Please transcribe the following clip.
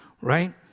right